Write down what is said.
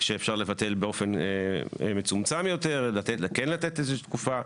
שאפשר לבטל באופן מצומצם יותר, כן לתת איזה תקופה.